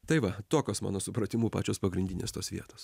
tai va tokios mano supratimu pačios pagrindinės tos vietos